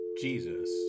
Jesus